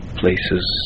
places